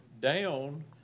down